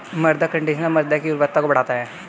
मृदा कंडीशनर मृदा की उर्वरता को बढ़ाता है